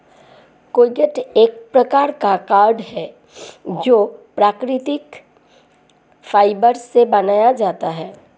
catgut एक प्रकार का कॉर्ड है जो प्राकृतिक फाइबर से बनाया जाता है